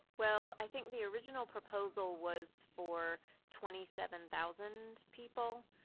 well i think the original proposal was for twenty seven thousand people,